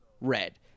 red